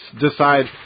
decide